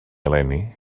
eleni